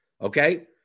Okay